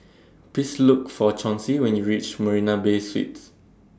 Please Look For Chauncey when YOU REACH Marina Bay Suites